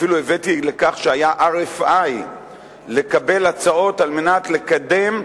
אפילו הבאתי לכך שהיה RFI לקבל הצעות על מנת לקדם,